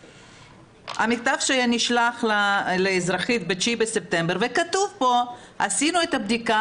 המכתב נשלח לאזרחית ב-9 בספטמבר וכתוב פה: עשינו את הבדיקה